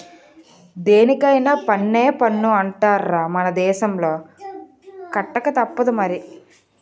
దేనికైన పన్నే పన్ను అంటార్రా మన దేశంలో కట్టకతప్పదు మరి